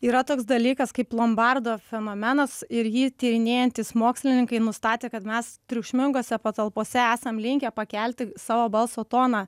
yra toks dalykas kaip lombardo fenomenas ir jį tyrinėjantys mokslininkai nustatė kad mes triukšmingose patalpose esam linkę pakelti savo balso toną